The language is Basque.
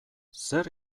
zer